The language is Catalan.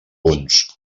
punts